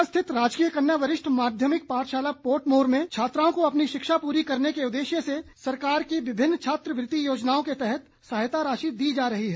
शिमला स्थित राजकीय कन्या वरिष्ठ माध्यमिक पाठशाला पोर्टमोर में छात्राओं को अपनी शिक्षा पूरी करने के उद्देश्य से सरकार की विभिन्न्न छात्रवृत्ति योजनाओं के तहत सहायता राशि दी जा रही है